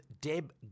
Deb